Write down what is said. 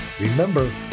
Remember